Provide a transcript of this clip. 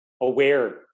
aware